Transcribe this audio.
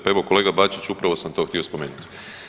Pa evo kolega Bačić upravo sam to htio spomenut.